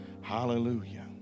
hallelujah